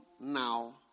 now